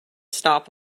stop